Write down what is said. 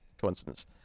coincidence